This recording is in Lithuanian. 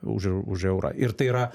už eu už eurą ir tai yra